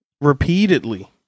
Repeatedly